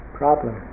problem